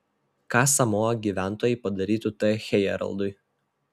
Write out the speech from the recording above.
ką samoa gyventojai padarytų t hejerdalui